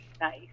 nice